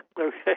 Okay